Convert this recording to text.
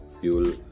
fuel